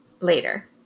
later